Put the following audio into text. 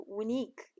unique